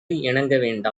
இணங்க